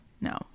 No